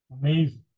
Amazing